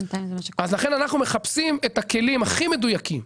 אז לכן אנחנו מחפשים את הכלים הכי מדויקים,